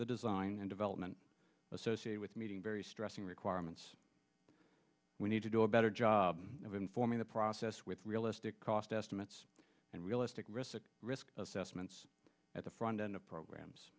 the design and development associated with meeting very stressing requirements we need to do a better job of informing the process with realistic cost estimates and realistic risk risk assessments at the front end of programs